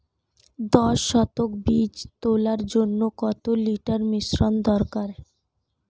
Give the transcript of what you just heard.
দশ শতক বীজ তলার জন্য কত লিটার মিশ্রন দরকার?